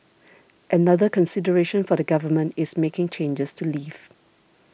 another consideration for the Government is making changes to leave